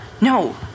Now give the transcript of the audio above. No